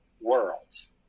worlds